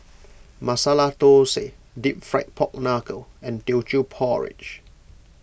Masala Thosai Deep Fried Pork Knuckle and Teochew Porridge